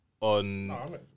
on